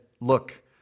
Look